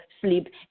sleep